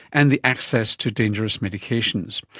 and the access to dangerous medications.